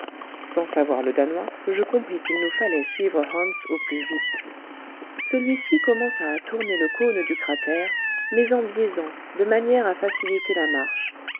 sans savoir le danois je compris qu'il nous fallait suivre hans au plus vite celui-ci commença à tourner le cône du cratère mais en biaisant de manière à faciliter la marche